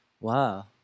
Wow